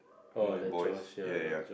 my boys ya ya